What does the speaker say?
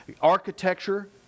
architecture